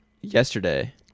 yesterday